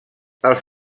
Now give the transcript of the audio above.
els